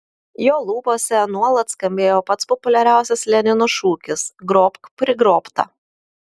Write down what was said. jo lūpose nuolat skambėjo pats populiariausias lenino šūkis grobk prigrobtą